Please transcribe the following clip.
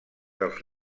dels